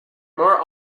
more